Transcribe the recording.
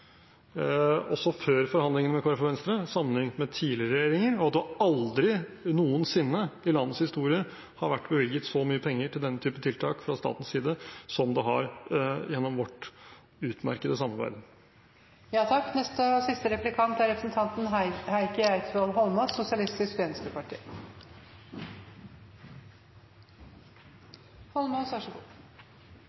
også før forhandlingene med Kristelig Folkeparti og Venstre, sammenliknet med tidligere regjeringer. Det har aldri noensinne i landets historie vært bevilget så mye penger til denne type tiltak fra statens side som gjennom vårt utmerkede